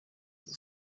iyo